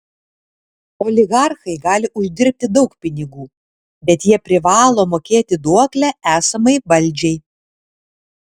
oligarchai gali uždirbti daug pinigų bet jie privalo mokėti duoklę esamai valdžiai